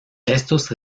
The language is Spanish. estos